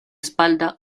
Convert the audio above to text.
espalda